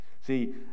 See